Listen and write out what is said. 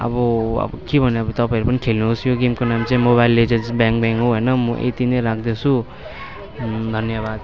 अब अब के भन्नु अब तपाईँहरू पनि खेल्नुहोस् यो गेमको नाम चाहिँ मोबाइल लिजेन्ड्स ब्याङ ब्याङ हो होइन म यति नै राख्दछु धन्यवाद